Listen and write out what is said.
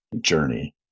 journey